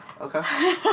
okay